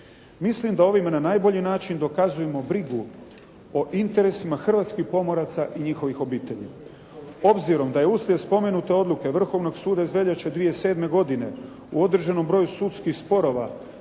Mislim da ovime na najbolji način dokazujemo brigu o interesima hrvatskih pomoraca i njihovih obitelji. Obzirom da je uslijed spomenute odluke Vrhovnog suda iz veljače 2007. godine u određenom broju sudskih sporova